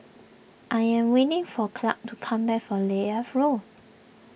I am waiting for Clarke to come back from Leith Road